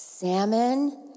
Salmon